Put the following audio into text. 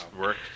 Work